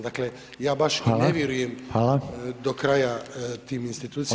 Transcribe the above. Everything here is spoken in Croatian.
Dakle ja baš i ne vjerujem do kraja tim institucijama